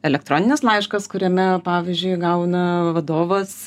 elektroninis laiškas kuriame pavyzdžiui gauna vadovas